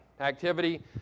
Activity